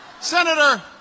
Senator